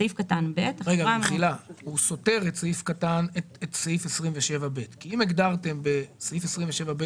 זה סותר את סעיף 27(ב) כי אם הגדרתם בסעיף 27(ב)